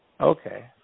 Okay